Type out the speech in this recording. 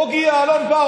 בוגי יעלון בא,